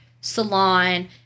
salon